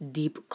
deep